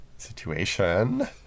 Situation